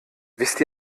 wisst